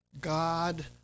God